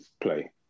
play